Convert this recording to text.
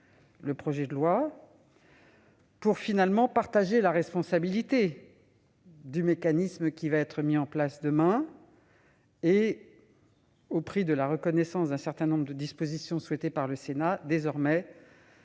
le projet de loi. Cela permet de partager la responsabilité du mécanisme qui sera mis en place demain. Au prix de la reconnaissance d'un certain nombre de dispositions souhaitées par le Sénat, désormais,